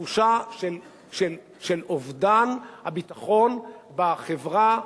תחושה של אובדן הביטחון בחברה,